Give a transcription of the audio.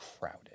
crowded